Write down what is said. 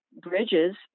bridges